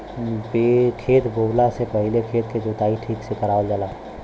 खेत बोवला से पहिले खेत के जोताई ठीक से करावल जाला